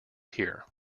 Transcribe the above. here